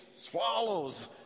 swallows